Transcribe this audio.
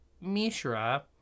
Mishra